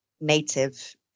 native